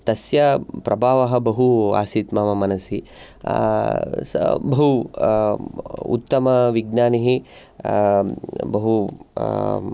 तस्य प्रभावः बहु आसीत् मम मनसि स बहु उत्तमविज्ञानी बहु